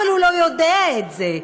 אבל הוא לא יודע את זה.